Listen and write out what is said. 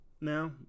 Now